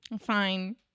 Fine